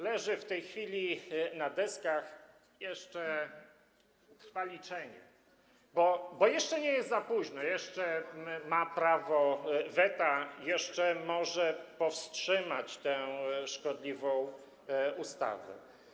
Leży w tej chwili na deskach, jeszcze trwa liczenie, bo jeszcze nie jest za późno, jeszcze ma prawo weta, jeszcze może powstrzymać tę szkodliwą ustawę.